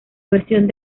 versión